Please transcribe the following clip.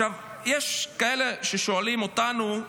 עכשיו, יש כאלה ששואלים אותנו,